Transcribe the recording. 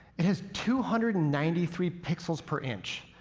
it has two hundred and ninety three pixels per inch.